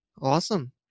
Awesome